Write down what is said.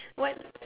what